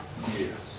Yes